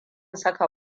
saka